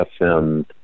FM